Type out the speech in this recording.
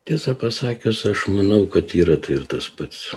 tiesą pasakius aš manau kad yra tai ir tas pats